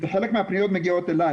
וחלק מהפניות מגיעות אלי